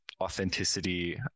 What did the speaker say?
authenticity